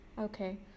Okay